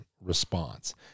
response